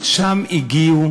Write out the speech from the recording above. לשם הגיעו